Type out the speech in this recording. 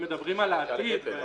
אם מדברים על העתיד אנחנו